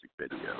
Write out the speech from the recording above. video